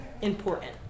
important